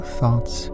thoughts